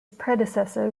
predecessor